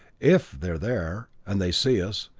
if they're there, and they see us,